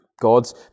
God's